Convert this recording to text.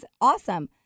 awesome